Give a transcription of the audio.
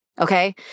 Okay